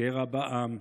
קרע בעם,